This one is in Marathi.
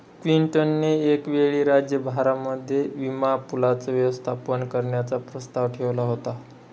क्लिंटन ने एक वेळी राज्य भरामध्ये विमा पूलाचं व्यवस्थापन करण्याचा प्रस्ताव ठेवला होता